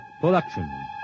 production